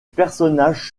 personnages